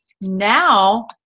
now